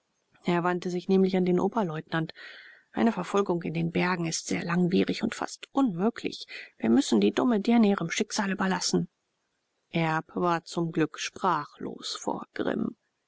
er wandte sich nämlich an den oberleutnant eine verfolgung in den bergen ist sehr langwierig und fast unmöglich wir müssen die dumme dirne ihrem schicksal überlassen erb war zum glück sprachlos vor grimm